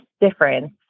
difference